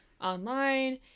online